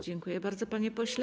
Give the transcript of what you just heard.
Dziękuję bardzo, panie pośle.